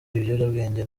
ibiyobyabwenge